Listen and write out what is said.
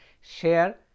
share